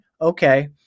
okay